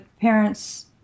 parents